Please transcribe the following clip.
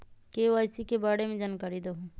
KYC के बारे में जानकारी दहु?